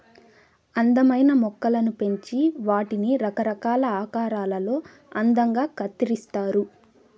అందమైన మొక్కలను పెంచి వాటిని రకరకాల ఆకారాలలో అందంగా కత్తిరిస్తారు